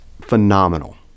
phenomenal